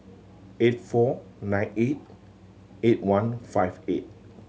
eight four nine eight eight one five eight